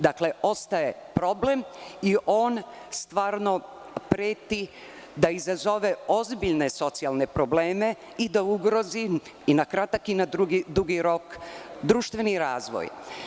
Dakle, ostaje problem i on stvarno preti da izazove ozbiljne socijalne probleme i da ugrozi i na kratak i na dugi rok društveni razvoj.